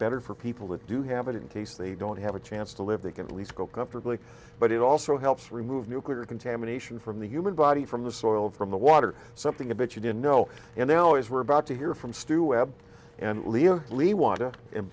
better for people that do have it in case they don't have a chance to live they can at least go comfortably but it also helps remove nuclear contamination from the human body from the soil from the water something a bit you didn't know and they always were about to hear from stu ab and